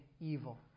evil